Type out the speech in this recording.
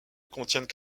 contiennent